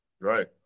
Right